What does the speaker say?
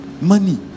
Money